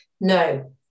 no